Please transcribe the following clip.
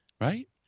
right